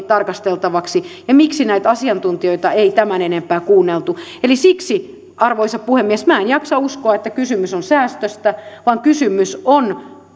tarkasteltavaksi ja miksi näitä asiantuntijoita ei tämän enempää kuunneltu eli siksi arvoisa puhemies minä en jaksa uskoa että kysymys on säästöstä vaan kysymys on